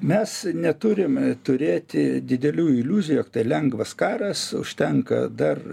mes neturim turėti didelių iliuzijų jog tai lengvas karas užtenka dar